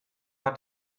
hat